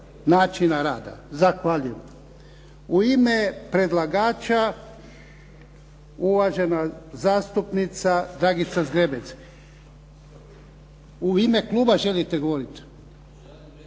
načina rada. Zahvaljujem. U ime predlagača uvažena zastupnica Dragica Zgrebec. U ime kluba želite govoriti?